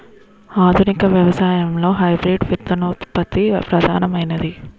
ఆధునిక వ్యవసాయంలో హైబ్రిడ్ విత్తనోత్పత్తి ప్రధానమైనది